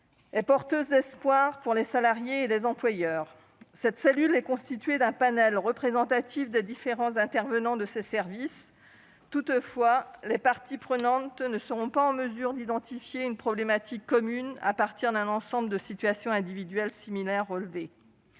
est porteuse d'espoir pour les salariés comme pour les employeurs. Cette structure est constituée d'un panel représentatif des différents intervenants de ces services. Toutefois, les parties prenantes ne seront pas en mesure d'identifier une problématique commune à partir d'un ensemble de situations individuelles similaires relevées.